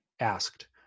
Asked